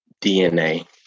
DNA